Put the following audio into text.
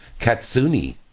Katsuni